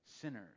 sinners